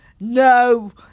no